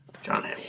john